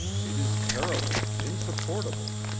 it is terrible, insupportable!